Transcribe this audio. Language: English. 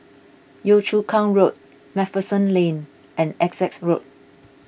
Yio Chu Kang Road MacPherson Lane and Essex Road